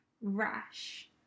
rash